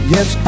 Yes